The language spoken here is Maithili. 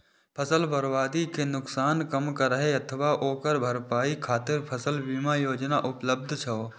फसल बर्बादी के नुकसान कम करै अथवा ओकर भरपाई खातिर फसल बीमा योजना उपलब्ध छै